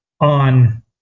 On